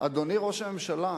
אדוני ראש הממשלה,